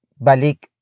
Balik